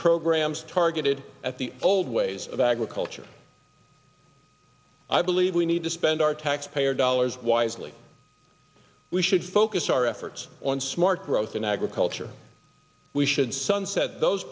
programs targeted at the old ways of agriculture i believe we need to spend our taxpayer dollars wisely we should focus our efforts on smart growth in agriculture we should sunset those